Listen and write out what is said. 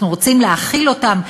אנחנו רוצים להכיל אותם,